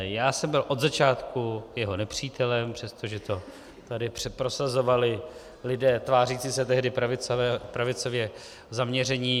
Já jsem byl od začátku jeho nepřítelem, přestože to tady prosazovali lidé tvářící se tehdy jako pravicově zaměření.